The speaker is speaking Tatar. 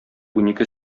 унике